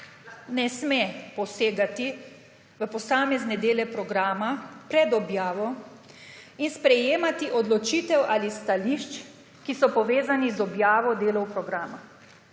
ne sme posegati v posamezne dele programa pred objavo in sprejemati odločitev ali stališč, ki so povezani z objavo delov programa.